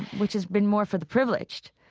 which has been more for the privileged.